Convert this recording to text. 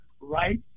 right